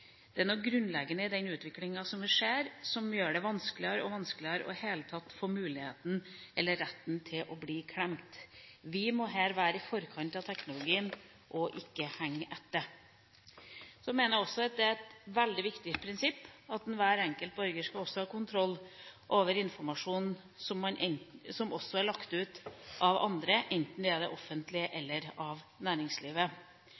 Det er noe grunnleggende i den utviklinga vi ser, som gjør det vanskeligere og vanskeligere i det hele tatt å få muligheten – eller retten – til å bli glemt. Vi må her være i forkant av teknologien og ikke henge etter. Så mener jeg det er et veldig viktig prinsipp at hver enkelt borger også skal ha kontroll over informasjon som er lagt ut av andre, enten det er av det offentlige